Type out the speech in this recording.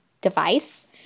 device